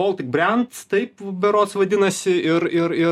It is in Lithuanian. baltic brands taip berods vadinasi ir ir ir